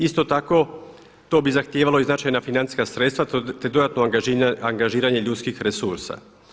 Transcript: Isto tako to bi zahtijevalo i značajna financijska sredstva te dodatno angažiranje ljudskih resursa.